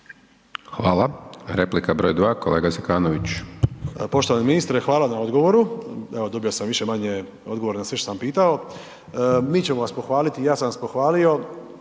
Hvala. Replika broj dva, kolega Zekanović.